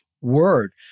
word